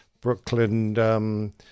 Brooklyn